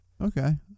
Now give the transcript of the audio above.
Okay